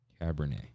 Cabernet